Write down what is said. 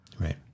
Right